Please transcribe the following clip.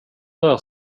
rör